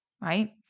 right